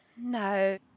No